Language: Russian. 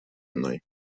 мной